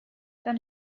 dann